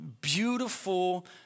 beautiful